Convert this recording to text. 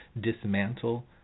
dismantle